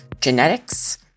genetics